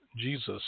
Jesus